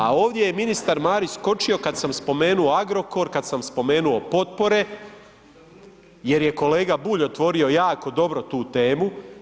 A ovdje je ministar Marić skočio kada sam spomenuo Agrokor, kada sam spomenuo potpore jer je kolega Bulj otvorio jako dobro tu temu.